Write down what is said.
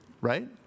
right